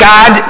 God